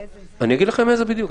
אני אגיד לכם על איזה בדיוק.